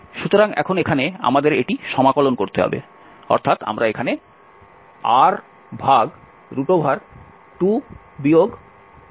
সুতরাং এখন এখানে আমাদের এটি সমাকলন করতে হবে সুতরাং আমরা এখানে r2 r2 পাব